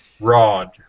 rod